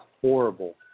horrible